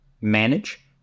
manage